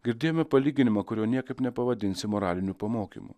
girdėjome palyginimą kurio niekaip nepavadinsi moraliniu pamokymu